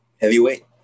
Heavyweight